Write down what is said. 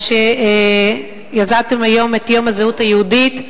על שיזמתם את יום הזהות היהודית,